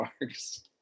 marks